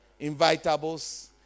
invitables